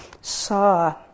saw